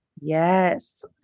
Yes